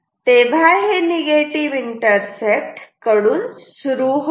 तेव्हा हे negative intercept कडून सुरू होईल